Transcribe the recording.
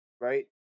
Right